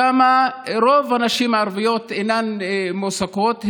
שם רוב הנשים הערביות אינן מועסקות,